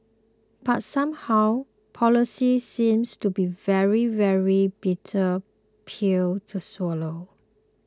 but somehow policies seems to be very very bitter pills to swallow